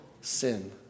sin